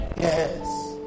Yes